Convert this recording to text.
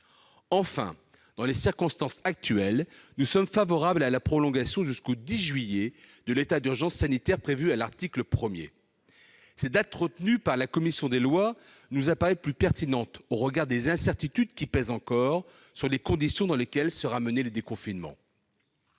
Enfin, dans les circonstances actuelles, nous sommes favorables à la prolongation, prévue à l'article 1, de l'état d'urgence sanitaire jusqu'au 10 juillet prochain. Cette date, retenue par la commission des lois, nous paraît plus pertinente au regard des incertitudes qui pèsent encore sur les conditions dans lesquelles sera mené le déconfinement.